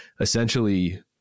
essentially